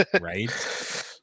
right